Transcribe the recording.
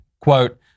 quote